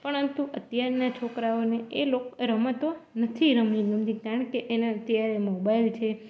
પરંતુ અત્યારનાં છોકરાઓને એ રમતો નથી રમવી ગમતી કારણ કે એને અત્યારે મોબાઈલ છે